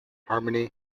harmony